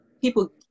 people